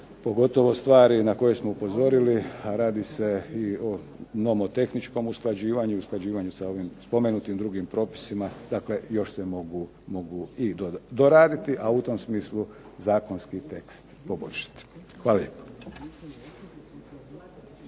pogotovo stvari na koje smo upozorili, a radi se i o nomotehničkom usklađivanju i u usklađivanju sa ovim spomenutim drugim propisima, dakle još se mogu i doraditi. A u tom smislu zakonski tekst poboljšati. Hvala